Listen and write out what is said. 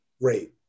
Great